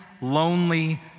lonely